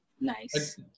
nice